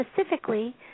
specifically